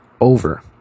over